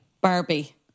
Barbie